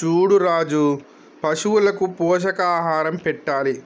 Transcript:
చూడు రాజు పశువులకు పోషకాహారం పెట్టాలి